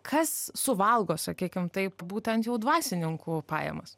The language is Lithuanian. kas suvalgo sakykim taip būtent jau dvasininkų pajamas